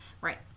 Right